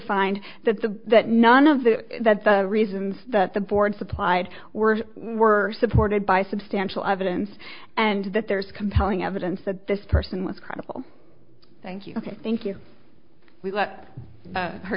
find that the that none of the reasons that the board supplied were were supported by substantial evidence and that there is compelling evidence that this person was credible thank you thank you we let her